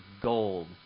gold